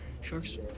sharks